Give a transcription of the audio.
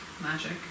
magic